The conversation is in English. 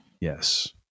Yes